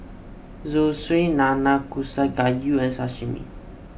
Zosui Nanakusa Gayu and Sashimi